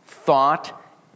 thought